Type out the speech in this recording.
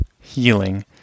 healing